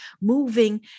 moving